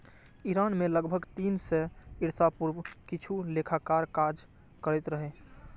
Iran मे लगभग तीन सय ईसा पूर्व किछु लेखाकार काज करैत रहै